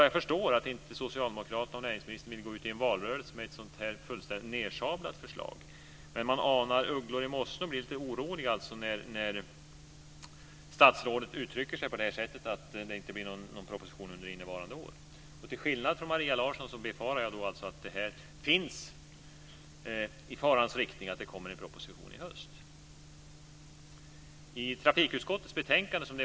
Jag förstår att inte socialdemokraterna och näringsministern vill gå ut i en valrörelse med ett sådant här fullständigt nedsablat förslag, men man anar ugglor i mossen och blir lite orolig när statsrådet uttrycker sig på det här sättet, att det inte blir någon proposition under innevarande år. Till skillnad från Maria Larsson befarar jag då alltså att det finns i farans riktning att det kommer en proposition i höst.